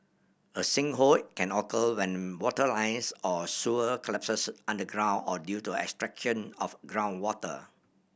a sinkhole can occur when water lines or sewer collapses underground or due to extraction of groundwater